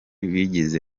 bigize